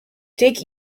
take